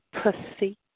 pussy